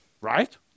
Right